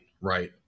Right